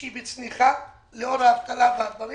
כשהיא בצניחה לאור האבטלה והדברים